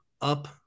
Up